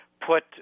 put